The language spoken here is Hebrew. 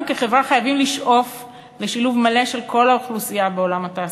אנחנו כחברה חייבים לשאוף לשילוב מלא של כל האוכלוסייה בעולם התעסוקה.